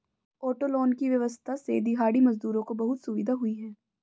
auto loan की व्यवस्था से दिहाड़ी मजदूरों को बहुत सुविधा हुई है